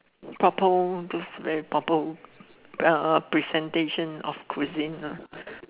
proper those very proper uh presentation of cuisine lah